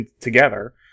together